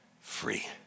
free